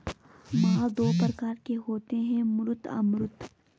माल दो प्रकार के होते है मूर्त अमूर्त